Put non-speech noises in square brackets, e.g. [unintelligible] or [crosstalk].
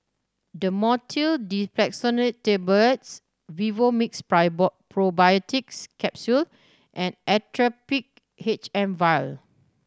Dhamotil Diphenoxylate Tablets Vivomixx [unintelligible] Probiotics Capsule and Actrapid H M Vial